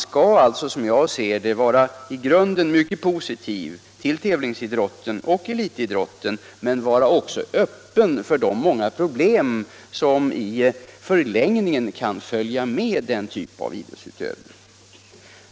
Vi bör i grunden vara mycket positiva till tävlingsidrott och elitidrott men också vara öppna för de många problem som kan följa med den typen av idrottsutövning.